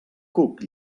cuc